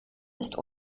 ist